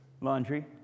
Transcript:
Laundry